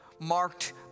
marked